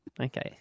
Okay